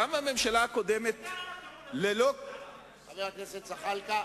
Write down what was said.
גם הממשלה הקודמת, חבר הכנסת זחאלקה,